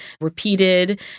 repeated